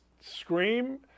scream